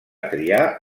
triar